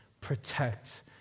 protect